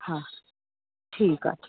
हा ठीकु आहे ठीकु